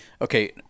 Okay